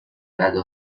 رده